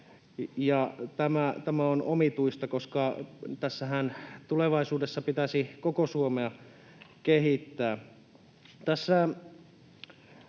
tämä on omituista, koska tässähän tulevaisuudessa pitäisi koko Suomea kehittää.